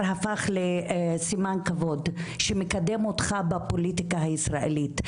הפך לסימן כבוד שמקדם אותך בפוליטיקה הישראלית,